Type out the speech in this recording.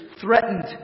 threatened